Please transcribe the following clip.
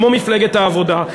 כמו מפלגת העבודה,